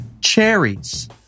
cherries